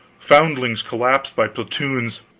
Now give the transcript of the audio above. foundlings collapsed by platoons.